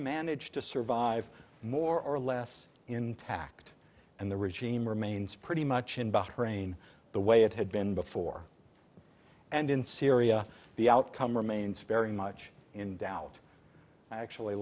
managed to survive more or less intact and the regime remains pretty much in by her a in the way it had been before and in syria the outcome remains very much in doubt i actually